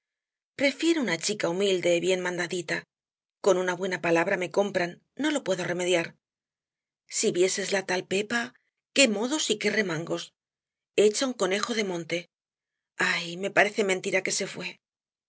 prefiero una chica humilde bien mandadita con una buena palabra me compran no lo puedo remediar si vieses la tal pepa qué modos y qué remangos hecha un conejo de monte ay me parece mentira que se fué